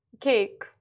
Cake